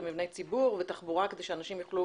מבני ציבור ותחבורה כדי שאנשים יוכלו